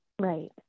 Right